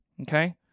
Okay